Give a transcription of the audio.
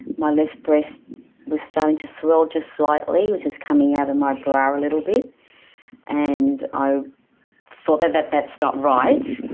my left breast was starting to swell just slightly, was just coming out of my bra a little bit and i thought that that that's not right.